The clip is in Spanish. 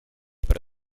para